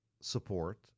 support